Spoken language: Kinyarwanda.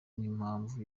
n’impamvu